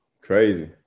Crazy